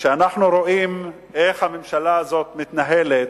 וכשאנחנו רואים איך הממשלה הזאת מתנהלת,